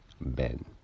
Ben